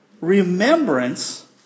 remembrance